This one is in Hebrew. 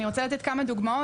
אני רוצה לתת כמה דוגמאות,